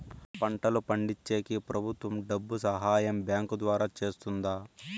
పంటలు పండించేకి ప్రభుత్వం డబ్బు సహాయం బ్యాంకు ద్వారా చేస్తుందా?